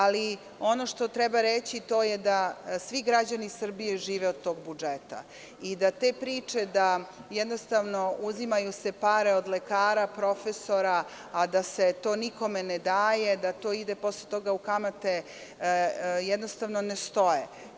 Ali, ono što treba reći je da svi građani Srbije žive od tog budžeta i da te priče da se uzimaju pare od lekara, profesora, a da se to nikome ne daje, da to ide posle toga u kamate, jednostavno ne stoje.